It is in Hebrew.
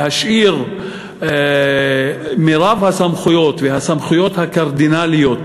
להשאיר את מרב הסמכויות והסמכויות הקרדינליות